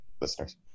listeners